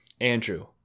Andrew